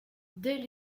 dès